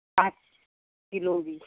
पांच किलो बी